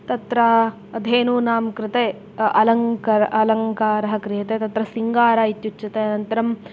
तत्र धेनूनां कृते अलङ्कारः अलङ्कारः क्रियते तत्र सिङ्गार इत्युच्यते अनन्तरम्